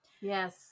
Yes